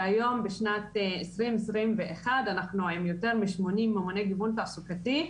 והיום בשנת 2021 אנחנו עם יותר משמונים ממוני גיוון תעסוקתי,